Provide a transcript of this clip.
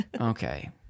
okay